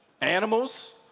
animals